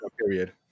period